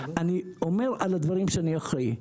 אני אומר על הדברים שאני אחראי.